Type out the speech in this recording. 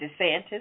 DeSantis